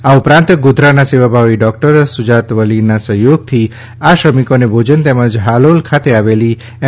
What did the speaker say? આ ઉપરાંત ગોધરાના સેવાભાવી ડોક્ટર સુજાત વલીના સહ્યોગથી આ શ્રમિકોને ભોજન તેમજ હાલોલ ખાતે આવેલી એમ